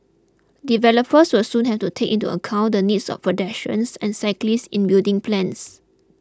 developers will soon have to take into account the needs of pedestrians and cyclists in building plans